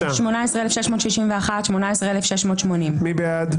18,401 עד 18,420. מי בעד?